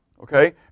okay